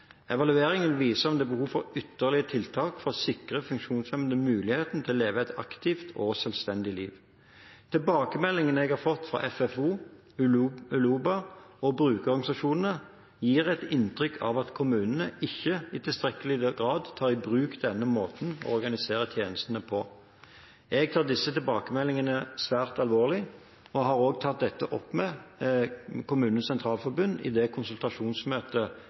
vil vise om det er behov for ytterligere tiltak for å sikre funksjonshemmede muligheten til å leve et aktivt og selvstendig liv. Tilbakemeldingene jeg har fått fra FFO, Uloba og brukerorganisasjonene, gir et inntrykk av at kommunene ikke i tilstrekkelig grad tar i bruk denne måten å organisere tjenestene på. Jeg tar disse tilbakemeldingene svært alvorlig, og jeg har tatt dette opp med KS i det konsultasjonsmøtet